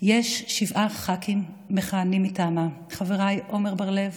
יש שבעה ח"כים מכהנים מטעמה, חבריי עמר בר לב,